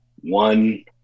one –